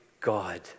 God